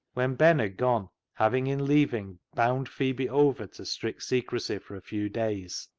when ben had gone, having in leaving bound phebe over to strict secrecy for a few days,